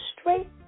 straight